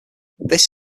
this